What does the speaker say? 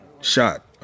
shot